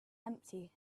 empty